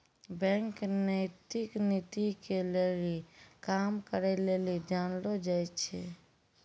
bank नैतिक नीति के लेली काम करै लेली जानलो जाय छै